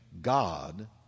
God